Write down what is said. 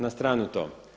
Na stranu to.